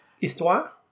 Histoire